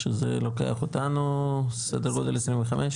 שזה לוקח אותנו סדר גודל 2025?